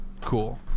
Cool